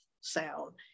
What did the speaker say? sound